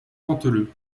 canteleu